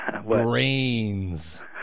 Brains